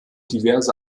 diverse